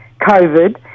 covid